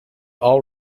all